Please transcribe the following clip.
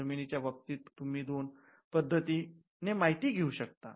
जमीनीच्या बाबतीत तूम्ही दोन पद्धतीने माहिती घेऊ शकतात